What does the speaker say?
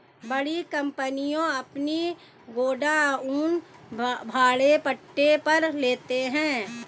बड़ी कंपनियां अपने गोडाउन भाड़े पट्टे पर लेते हैं